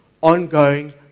ongoing